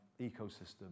ecosystem